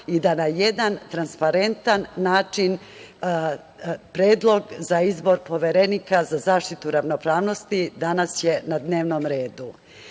i da na jedan transparentan način predlog za izbor Poverenika za zaštitu ravnopravnosti danas je na dnevnom